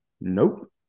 nope